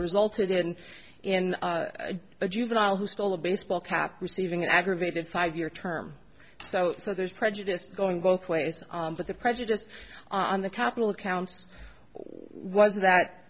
resulted in a juvenile who stole a baseball cap receiving an aggravated five year term so so there's prejudiced going both ways but the prejudice on the capital accounts was that